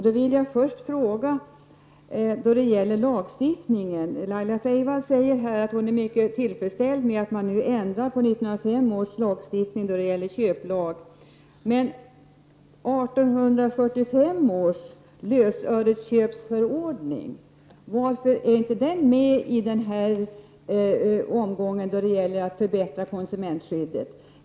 Laila Freivalds säger att hon är mycket tillfredsställd med att 1905 års köplag ändras. Men varför är inte 1845 års lösöresköpsförordning med i den här omgången då det gäller att förbättra konsumentskyddet?